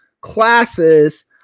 classes